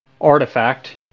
artifact